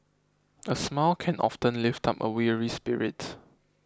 a smile can often lift up a weary spirit